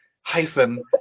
hyphen